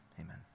Amen